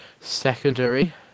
secondary